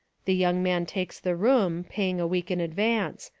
the young man takes the room, paying a week in advance.